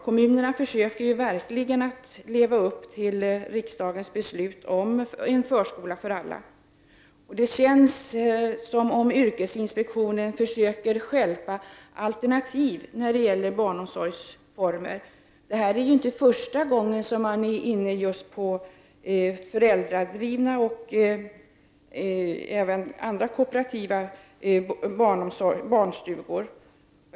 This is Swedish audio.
Kommunerna försöker verkligen att leva upp till riksdagens beslut om en förskola för alla barn. Det känns som om yrkesinspektionen försöker att stjälpa alternativa barnomsorgsformer. Det är inte första gången som man vänt sig mot föräldradrivna och andra kooperativa barnstugor.